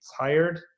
tired